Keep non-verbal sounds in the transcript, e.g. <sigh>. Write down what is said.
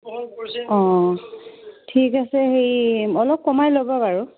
<unintelligible> অ' ঠিক আছে সেই অলপ কমাই ল'ব বাৰু